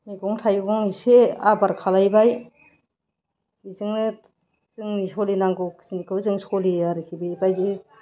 मैगं थाइगं इसे आबाद खालामबाय बेजोंनो जोंनि सोलिनांगौखिनिखौ जों सोलियो आरोखि बेबायदि